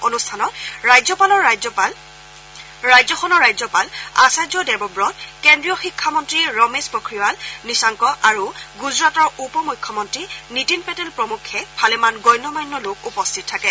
অনুষ্ঠানত ৰাজ্যখনৰ ৰাজ্যপাল আচাৰ্য্য দেৱৱত কেন্দ্ৰীয় শিক্ষামন্ত্ৰী ৰমেশ পোখৰিয়াল নিচাংক আৰু গুজৰাটৰ উপ মুখ্যমন্ত্ৰী নীতিন পেটেল প্ৰমুখ্যে ভালেমান গণ্য মান্য লোক উপস্থিত থাকে